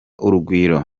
urugwiro